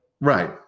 Right